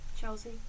Chelsea